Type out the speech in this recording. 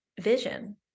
vision